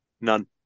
None